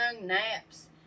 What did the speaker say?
naps